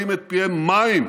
ממלאים את פיהם מים.